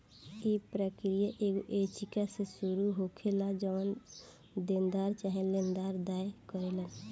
इ प्रक्रिया एगो याचिका से शुरू होखेला जवन देनदार चाहे लेनदार दायर करेलन